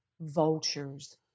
vultures